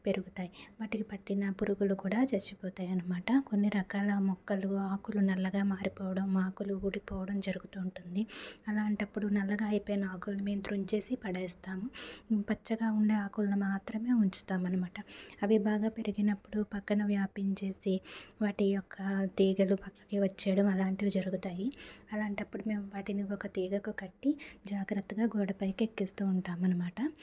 పెరుగుతాయి వాటికి పట్టిన పురుగులు కూడా చచ్చిపోతాయన్నమాట కొన్ని రకాల మొక్కలు ఆకులు నల్లగా మారిపోవడం ఆకులు ఊడిపోవడం జరుగుతూ ఉంటుంది అలాంటప్పుడు నల్లగా అయిపోయిన ఆకులు మేము తుంచేసి పడేస్తాం పచ్చగా ఉన్న ఆకులు మాత్రమే ఉంచుతామన్నమాట అవి బాగా పెరిగినప్పుడు పక్కన వ్యాపించేసి వాటి యొక్క తీగలు పక్కకి వచ్చేయడం అలాంటివి జరుగుతాయి అలాంటప్పుడు మేము వాటిని ఒక తీగకు కట్టి జాగ్రత్తగా గోడ పైకి ఎక్కిస్తూ ఉంటాం అనమాట